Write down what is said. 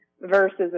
versus